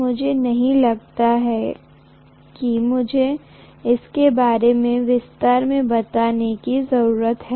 मुझे नहीं लगता कि मुझे इसके बारे में विस्तार से बताने की जरूरत है